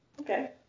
Okay